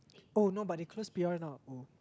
oh no but they close P_R now oh